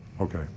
Okay